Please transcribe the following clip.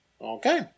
Okay